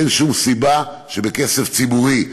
אין שום סיבה שבכסף ציבורי,